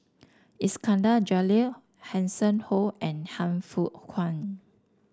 Iskandar Jalil Hanson Ho and Han Fook Kwang